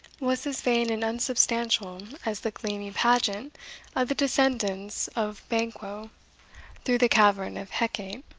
was as vain and unsubstantial as the gleamy pageant of the descendants of banquo through the cavern of hecate.